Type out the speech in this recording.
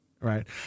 Right